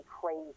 crazy